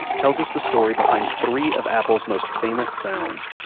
tells us the story behind three of apple's most famous sounds,